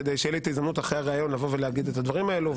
כדי שתהיה לי הזדמנות לאחר הריאיון לבוא ולהגיד את הדברים האלה.